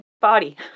body